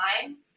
time